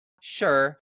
sure